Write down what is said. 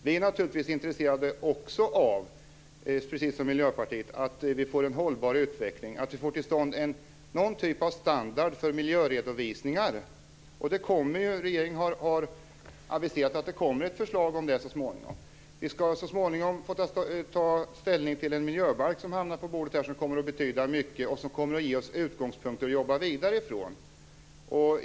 Vi är naturligtvis också intresserade av, precis som Miljöpartiet, att vi får en hållbar utveckling, att vi får till stånd någon typ av standard för miljöredovisningar. Regeringen har aviserat att det kommer ett förslag om det. Vi skall så småningom få ta ställning till en miljöbalk som kommer att betyda mycket och som kommer att ge oss utgångspunkter att jobba vidare ifrån.